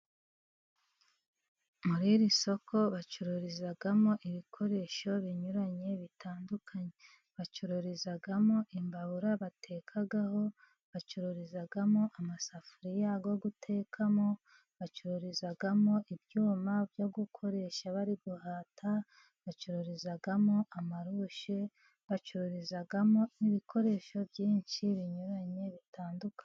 Muri iri soko bacururizamo ibikoresho binyuranye bitandukanye, bacururizamo imbabura batekaho, bacururizamo amasafuriya yo gutekamo bacururizamo ibyuma byo gukoresha bari guhata, bacururizamo amarushe, bacururizamo ibikoresho byinshi binyuranye bitandukanye.